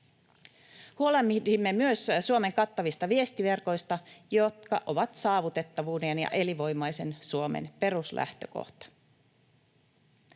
Huolehdimme myös Suomen kattavista viestiverkoista, jotka ovat saavutettavuuden ja elinvoimaisen Suomen peruslähtökohta.